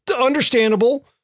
understandable